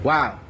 Wow